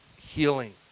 healing